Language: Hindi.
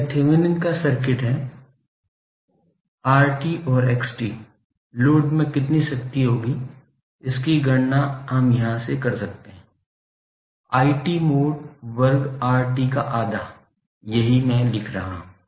यह थेवेनिन का सर्किट है RT और XT लोड में कितनी शक्ति होगी इसकी गणना हम यहां से कर सकते हैं IT mod वर्ग RT का आधा यही मैं लिख रहा हूं